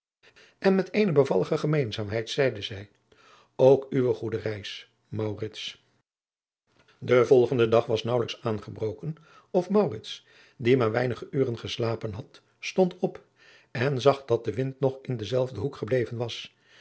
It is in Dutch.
en met eene bevallige gemeenzaamheid zeide zij ook uwe goede reis maurits de volgende dag was naauwelijks aangebroken of maurits die maar weinige uren geslapen had stond op en zag dat de wind nog in denzelfden hoek gebleven was